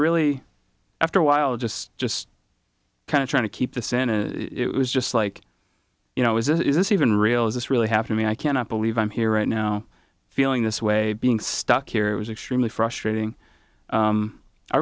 really after a while just just kind of trying to keep this in and it was just like you know is this is this even real is this really happening i cannot believe i'm here right now feeling this way being stuck here was extremely frustrating